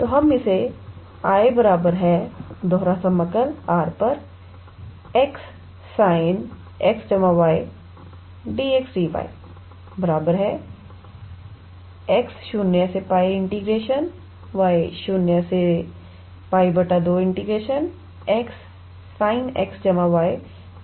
तो हम इसे 𝐼 R 𝑥 sin𝑥 𝑦𝑑𝑥𝑑𝑦 x0𝜋y0𝜋 2𝑥𝑠𝑖𝑛𝑥 𝑦𝑑𝑥𝑑𝑦 के रूप में लिखते हैं